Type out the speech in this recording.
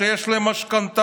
שיש להם משכנתאות,